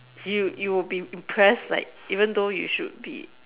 you you will be impressed like even though you should be